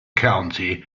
county